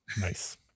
Nice